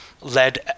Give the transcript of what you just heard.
led